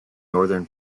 northern